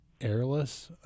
airless